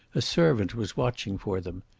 a servant was watching for them.